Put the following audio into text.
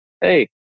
hey